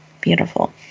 Beautiful